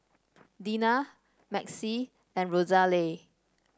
Dina Maxie and Rosalie